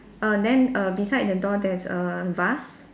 err then err beside the door there's a vase